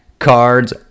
Cards